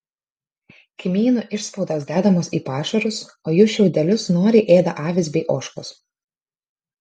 kmynų išspaudos dedamos į pašarus o jų šiaudelius noriai ėda avys bei ožkos